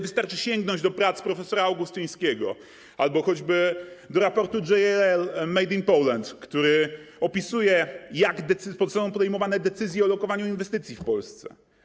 Wystarczy sięgnąć do prac prof. Augustyńskiego albo choćby do raportu EY „Made in Poland”, który opisuje, jak są podejmowane decyzje o lokowaniu inwestycji w Polsce.